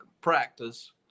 practice